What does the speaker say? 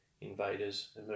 invaders